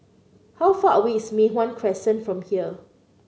how far away is Mei Hwan Crescent from here